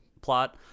plot